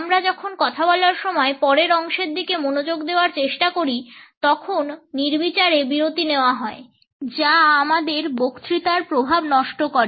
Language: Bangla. আমরা যখন কথা বলার সময় পরের অংশের দিকে মনোযোগ দেওয়ার করার চেষ্টা করি তখন নির্বিচারে বিরতি নেওয়া হয় যা আমাদের বক্তৃতার প্রভাব নষ্ট করে